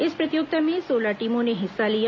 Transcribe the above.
इस प्रतियोगिता में सोलह टीमों ने हिस्सा लिया